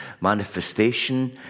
manifestation